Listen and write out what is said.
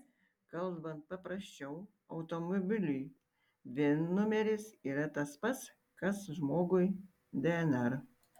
kalbant paprasčiau automobiliui vin numeris yra tas pats kas žmogui dnr